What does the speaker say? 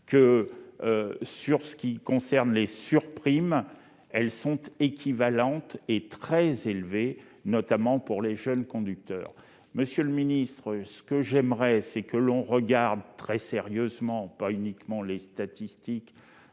que sur ce qui concerne les surprimes elles sont équivalentes et très élevés, notamment pour les jeunes conducteurs, monsieur le ministre, ce que j'aimerais, c'est que l'on regarde très sérieusement, pas uniquement les statistiques